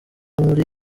muri